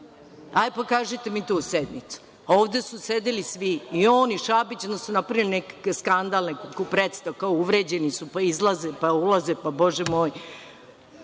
Hajde, pokažite mi tu sednicu. Ovde su sedeli svi, i on i Šabić i onda su napravili nekakav skandal, nekakvu predstavu. Kao uvređeni su, pa izlaze, pa ulaze, pa bože moj,